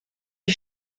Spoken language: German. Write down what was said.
die